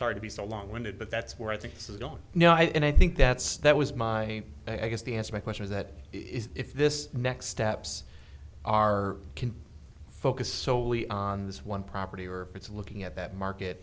start to be so long winded but that's where i think this is i don't know and i think that's that was my i guess the answer my question is that it is if this next steps are can focus solely on this one property or it's looking at that market